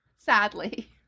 sadly